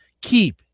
Keep